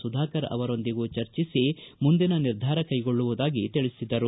ಸುಧಾಕರ್ ಅವರೊಂದಿಗೂ ಚರ್ಚಿಸಿ ಮುಂದಿನ ನಿರ್ಧಾರ ಕೈಗೊಳ್ಳುವುದಾಗಿ ತಿಳಿಸಿದರು